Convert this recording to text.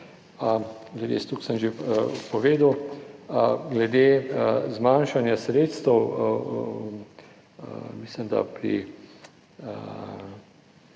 Glede zmanjšanja sredstev, mislim da pri